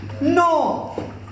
No